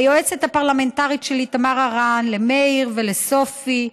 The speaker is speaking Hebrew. ליועצת הפרלמנטרית שלי תמר הרן, למאיר ולסופי.